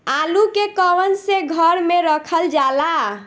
आलू के कवन से घर मे रखल जाला?